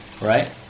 right